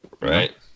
Right